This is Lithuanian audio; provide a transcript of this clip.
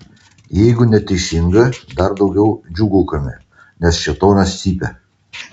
jeigu neteisinga dar daugiau džiūgaukime nes šėtonas cypia